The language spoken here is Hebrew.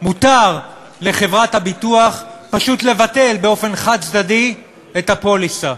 מותר לחברת הביטוח פשוט לבטל באופן חד-צדדי את הפוליסה.